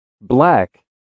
Black